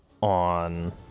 on